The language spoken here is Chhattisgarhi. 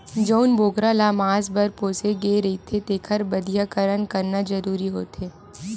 जउन बोकरा ल मांस बर पोसे गे रहिथे तेखर बधियाकरन करना जरूरी होथे